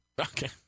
Okay